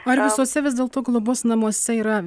ar visuose vis dėlto globos namuose yra